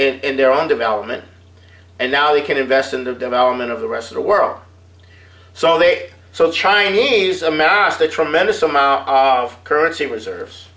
and their own development and now we can invest in the development of the rest of the world so they so chinese amassed a tremendous amount of currency reserves